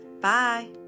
Bye